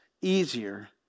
easier